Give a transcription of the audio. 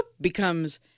becomes